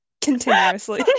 Continuously